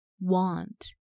Want